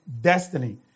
destiny